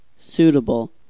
Suitable